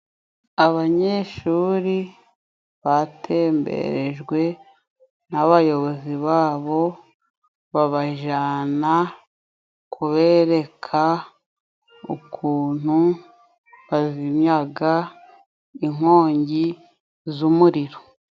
Abanyeshuri batemberejwe n'abayobozi babo, babajana kubereka ukuntu bazimyayaga inkongi z'umuriro.